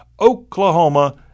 Oklahoma